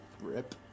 rip